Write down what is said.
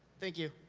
thank you.